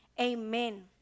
amen